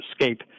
escape